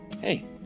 Hey